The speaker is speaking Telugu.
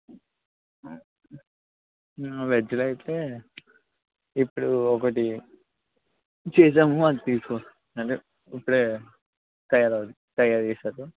వెజ్లో అయితే ఇప్పుడు ఒకటి చీజ్ ఏమో వాళ్ళు తీసుకో అంటే ఇప్పుడే తయారు తయారు చేసారు